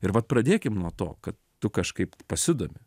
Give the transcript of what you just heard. ir vat pradėkim nuo to kad tu kažkaip pasidomi